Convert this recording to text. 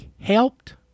helped